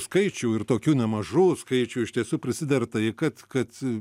skaičių ir tokių nemažų skaičių iš tiesų prisidera tai kad kad